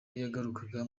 yagarukaga